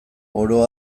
oro